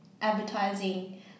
advertising